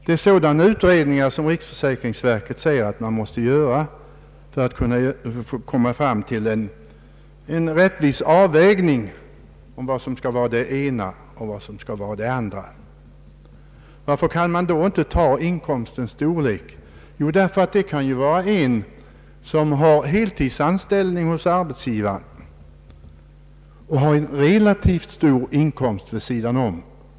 Det är sådana utredningar som riksförsäkringsverket säger att man måste göra för att kunna komma fram till en rättvis avvägning av vad som skall vara det ena och vad som skall vara det andra. Varför kan man då inte gå efter inkomstens storlek? Jo, därför att ett sådant fördelningsunderlag icke ger ett tillfredsställande resultat, det kan exempelvis vara en person som har heltidsanställning hos sin arbetsgivare och en relativt stor inkomst av annat slag vid sidan om.